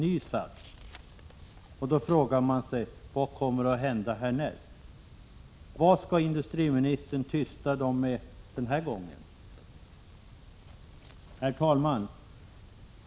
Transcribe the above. Man frågar sig: Vad kommer att hända härnäst? Med vad skall industriministern tysta dem nästa gång? Herr talman!